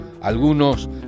algunos